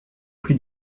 plus